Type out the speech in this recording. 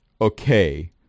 Okay